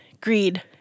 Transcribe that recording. Greed